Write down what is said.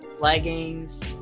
leggings